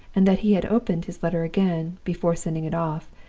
and that he had opened his letter again, before sending it off,